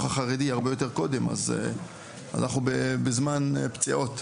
החרדי היא הרבה יותר קודם אז אנחנו בזמן פציעות.